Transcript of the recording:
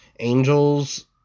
Angels